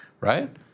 right